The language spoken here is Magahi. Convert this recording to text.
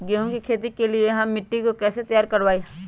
गेंहू की खेती के लिए हम मिट्टी के कैसे तैयार करवाई?